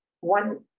one